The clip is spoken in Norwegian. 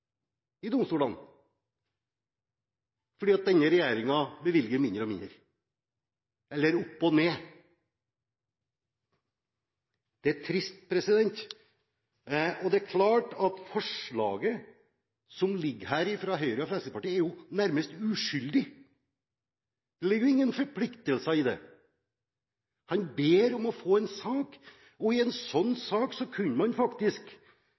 i domstolene fordi denne regjeringen bevilger mindre og mindre, eller det går opp og ned. Det er trist, og det er klart at forslaget som ligger her fra Høyre og Fremskrittspartiet, nærmest er uskyldig. Det ligger jo ingen forpliktelser i det. Man ber om å få en sak, og i en sånn sak kunne man faktisk,